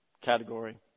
category